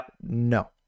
no